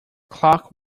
clock